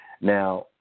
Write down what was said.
Now